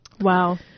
Wow